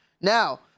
Now